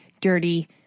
dirty